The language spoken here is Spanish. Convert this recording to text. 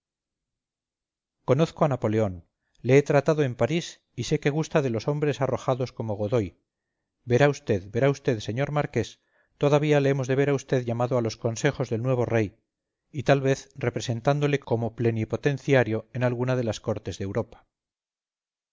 conozco a napoleón le he tratado en parís y sé que gusta de los hombres arrojados como godoy verá vd verá vd señor marqués todavía le hemos de ver a vd llamado a los consejos del nuevo rey y tal vez representándole como plenipotenciario en alguna de las cortes de europa